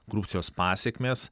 korupcijos pasekmes